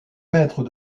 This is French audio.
maîtres